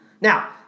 Now